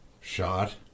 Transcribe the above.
Shot